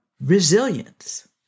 resilience